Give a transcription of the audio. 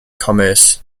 commerce